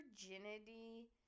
virginity